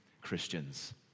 Christians